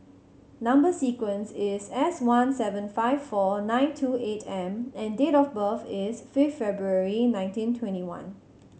number sequence is S one seven five four nine two eight M and date of birth is fifth February nineteen twenty one